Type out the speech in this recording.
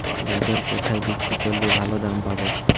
গাজর কোথায় বিক্রি করলে ভালো দাম পাব?